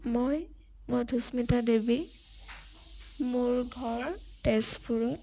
মই মধুস্মিতা দেৱী মোৰ ঘৰ তেজপুৰত